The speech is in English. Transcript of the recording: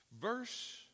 Verse